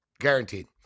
Guaranteed